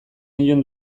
nion